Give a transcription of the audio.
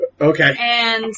Okay